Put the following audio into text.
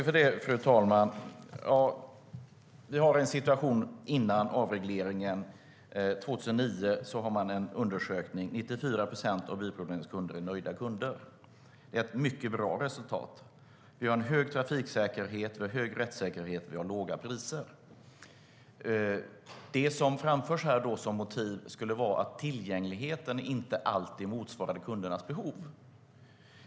Fru talman! Före avregleringen 2009 gjorde man en undersökning. 94 procent av bilprovningens kunder var nöjda kunder. Det var ett mycket bra resultat. Vi hade hög trafiksäkerhet, vi hade hög rättssäkerhet och vi hade låga priser. Det som framförs här som motiv för avregleringen är att tillgängligheten inte alltid motsvarade kundernas behov.